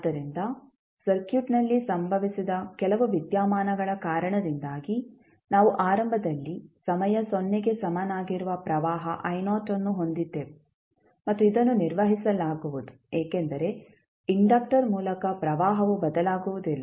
ಆದ್ದರಿಂದ ಸರ್ಕ್ಯೂಟ್ನಲ್ಲಿ ಸಂಭವಿಸಿದ ಕೆಲವು ವಿದ್ಯಮಾನಗಳ ಕಾರಣದಿಂದಾಗಿ ನಾವು ಆರಂಭದಲ್ಲಿ ಸಮಯ ಸೊನ್ನೆಗೆ ಸಮನಾಗಿರುವ ಪ್ರವಾಹ ಅನ್ನು ಹೊಂದಿದ್ದೆವು ಮತ್ತು ಇದನ್ನು ನಿರ್ವಹಿಸಲಾಗುವುದು ಏಕೆಂದರೆ ಇಂಡಕ್ಟರ್ ಮೂಲಕ ಪ್ರವಾಹವು ಬದಲಾಗುವುದಿಲ್ಲ